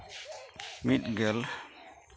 ᱢᱤᱫᱜᱮᱞ